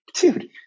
dude